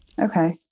Okay